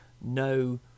no